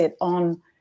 on